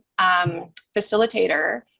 facilitator